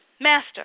Master